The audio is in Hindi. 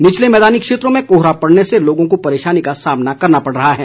निचले मैदानी क्षेत्रों में कोहरा पड़ने से लोगों को परेशानी का सामना करना पड़ रहा है